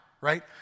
right